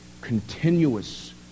continuous